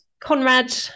Conrad